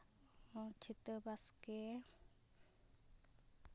ᱪᱷᱤᱛᱟᱹ ᱵᱟᱥᱠᱮ